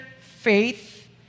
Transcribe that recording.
faith